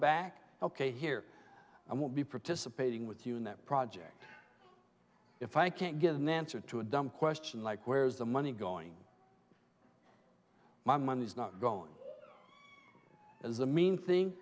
back ok here i won't be participating with you in that project if i can't get an answer to a dumb question like where's the money going my money's not gone as a mean thing